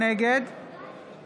נגד